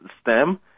STEM